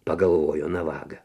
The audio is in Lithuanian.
pagalvojo navaga